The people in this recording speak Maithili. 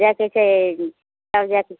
जएह किछु छै सभ जएह किछु